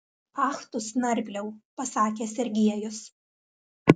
ach tu snargliau pasakė sergiejus